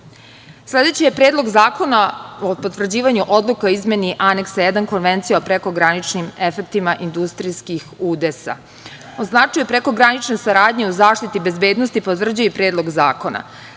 je Predlog zakona o potvrđivanju odluka o izmeni Aneksa 1. Konvencije o prekograničnim efektima industrijskih udesa. O značaju prekogranične saradnje o zaštiti bezbednosti potvrđuje i Predlog zakona.